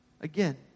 Again